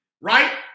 right